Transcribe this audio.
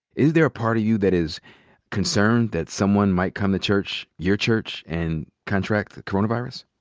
is there a part of you that is concerned that someone might come to church, your church, and contract the coronavirus?